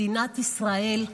מדינת ישראל,